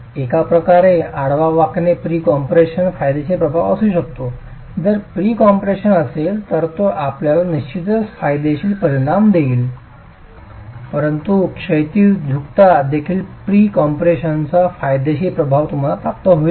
एक प्रकारे आडवा वाकणे प्री कॉम्प्रेशनचा फायदेशीर प्रभाव असू शकतो जर प्री कॉम्प्रेशन असेल तर तो आपल्याला निश्चितच फायदेशीर परिणाम देईल परंतु क्षैतिज झुकता देखील प्री कॉम्प्रेशनचा फायदेशीर प्रभाव तुम्हाला प्राप्त होईल का